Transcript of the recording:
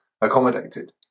accommodated